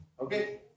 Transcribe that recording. Okay